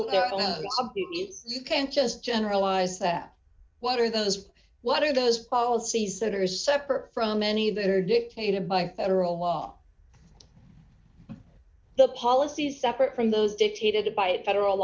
you can't just generalize that what are those what are those policies that are is separate from any that are dictated by federal law the policy is separate from those dictated by federal